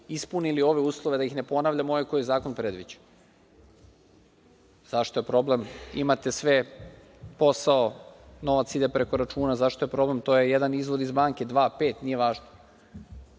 ispunili ove uslove, da ih ne ponavljam, ove koje zakon predviđa. Zašto je problem? Imate sve, posao, novac ide preko računa, zašto je problem? To je jedan izvod iz banke, dva, pet, nije važno.